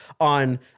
on